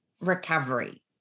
recovery